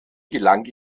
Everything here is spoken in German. gelang